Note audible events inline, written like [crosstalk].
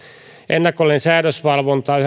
ennakollinen säädösvalvonta on [unintelligible]